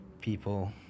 people